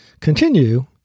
Continue